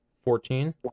Fourteen